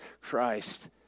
Christ